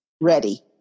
ready